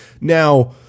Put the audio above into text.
Now